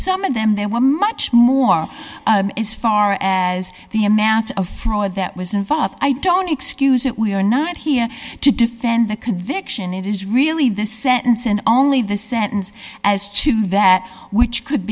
some of them there were much more as far as the amount of fraud that was involved i don't excuse it we are not here to defend the conviction it is really the sentence and only the sentence as to that which could